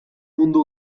mundu